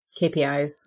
KPIs